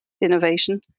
innovation